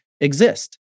exist